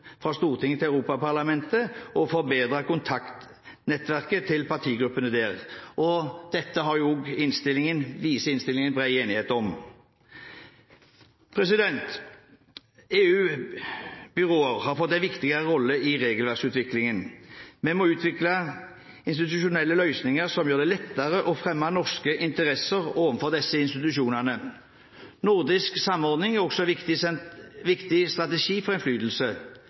fra Stortinget til Europaparlamentet og forbedre kontaktnettet til partigruppene der. Dette viser innstillingen at det er bred enighet om. EUs byråer har fått en viktigere rolle i regelverksutviklingen. Vi må utvikle institusjonelle løsninger som gjør det lettere å fremme norske interesser overfor disse institusjonene. Nordisk samordning er også en viktig strategi for innflytelse.